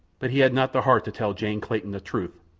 but he had not the heart to tell jane clayton the truth,